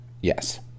Yes